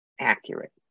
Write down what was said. accurate